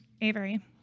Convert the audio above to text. Avery